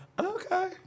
Okay